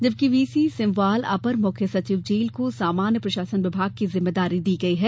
जबकि वीसी सेमवाल अपर मुख्य सचिव जेल को सामान्य प्रशासन विभाग की जिम्मेदारी दी गई है